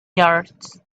yards